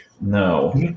No